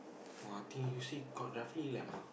!wah! then you see got roughly like